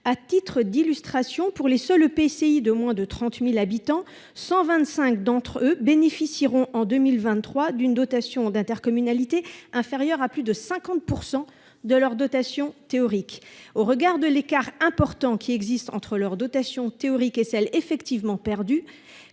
à titre d'illustrations pour les seuls EPCI de moins de 30000 habitants 125 d'entre eux, bénéficieront en 2023 d'une dotation d'intercommunalité inférieur à plus de 50 % de leur dotation théorique au regard de l'écart important qui existe entre leur dotation théorique et celle effectivement perdu